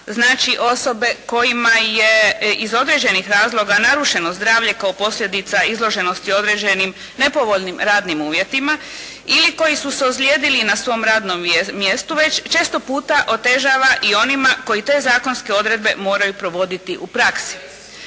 osobe kojima je iz određenih razloga narušeno zdravlje kao posljedica izloženosti određenim nepovoljnim radnim uvjetima ili koji su se ozlijedili na svom radnom mjestu, već često puta otežava i onima koji te zakonske odredbe moraju provoditi u praksi.